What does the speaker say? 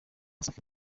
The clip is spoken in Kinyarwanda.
safi